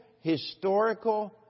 historical